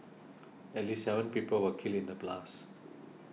at least seven people were killed in the blasts